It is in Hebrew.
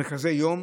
מרכזי יום,